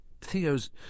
Theo's